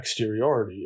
exteriority